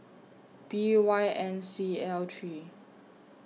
B Y N C L three